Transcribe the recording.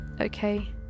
okay